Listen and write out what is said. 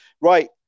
Right